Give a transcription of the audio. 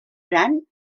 gran